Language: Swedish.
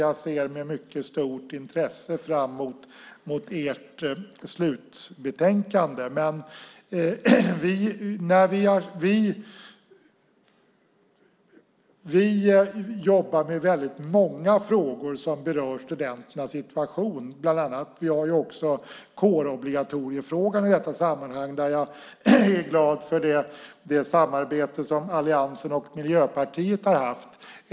Jag ser med mycket stort intresse fram mot ert slutbetänkande. Vi jobbar med väldigt många frågor som berör studenternas situation. Vi har i detta sammanhang också kårobligatoriefrågan, där jag är glad för det samarbete som alliansen och Miljöpartiet har haft.